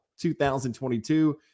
2022